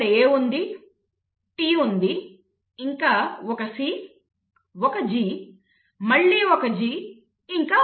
ఇక్కడ A ఉంది T ఉంది ఇంకా ఒక C ఒక G మళ్లీ ఒక G ఇంకా ఒక C